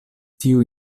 tiu